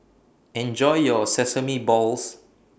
Enjoy your Sesame Balls